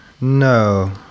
No